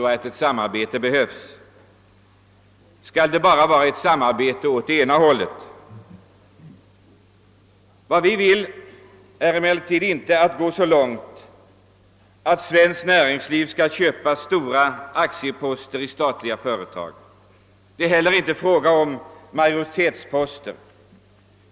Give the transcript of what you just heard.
Skall detta samarbete ta sig uttryck i att aktier går bara i den ena riktningen? Vi vill emellertid inte gå så långt att vi förordar att svenskt näringsliv skall köpa stora aktieposter i statliga företag. Det är heller inte fråga om majoritetsposter.